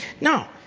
now